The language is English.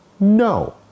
No